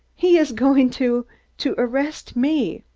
he is going to to arrest me!